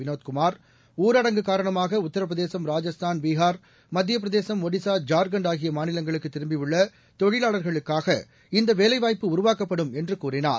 வினோத்குமார் ஊரடங்கு காரணமாக உத்தரபிரதேசம் ராஜஸ்தான் பீகார் மத்தியப் பிரதேசம் ஒடிசா ஜார்க்கண்ட் ஆகிய மாநிலங்களுக்கு திரும்பியுள்ள தொழிவாளர்களுக்காக இந்த வேலைவாய்ப்பு உருவாக்கப்படும் என்று கூறினார்